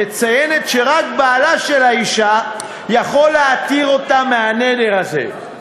ומציינת שרק בעלה של האישה יכול להתיר אותה מהנדר הזה.